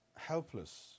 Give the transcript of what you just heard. Helpless